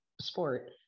sport